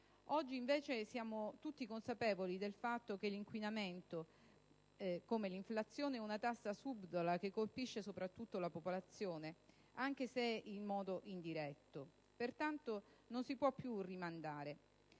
Oggi, invece, siamo tutti consapevoli del fatto che l'inquinamento, come l'inflazione, è una tassa subdola che colpisce soprattutto la popolazione, anche se in modo indiretto; pertanto, non si può più rimandare.